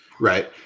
Right